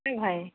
है